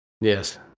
Yes